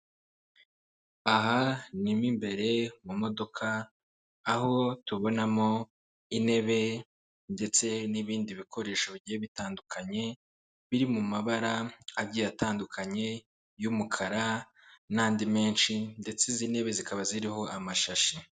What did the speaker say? Aha ni mo imbere mu modoka, aho tubonamo intebe ndetse n'ibindi bikoresho bigiye bitandukanye, biri mu mabara agiye atandukanye y'umukara n'andi menshi ndetse izi ntebe zikaba ziriho amashashi.